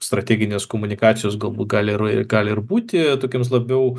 strateginės komunikacijos galbūt gali ir gali ir būti tokiems labiau